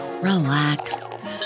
relax